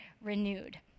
renewed